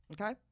Okay